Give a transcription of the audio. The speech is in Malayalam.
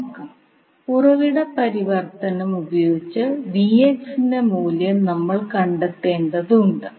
ചോദ്യത്തിൽ കറന്റിന്റെ മൂല്യം കണ്ടെത്തേണ്ടതുണ്ട്